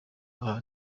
aha